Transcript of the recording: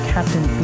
Captain